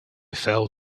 fell